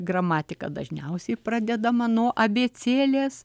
gramatika dažniausiai pradedama nuo abėcėlės